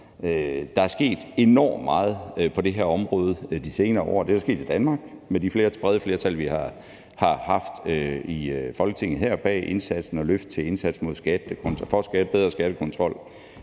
Der er sket enormt meget på det her område de senere år. Det er der sket i Danmark med de brede flertal, vi har haft i Folketinget her, bag indsatsen og løft til indsats for bedre skattekontrol,